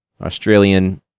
Australian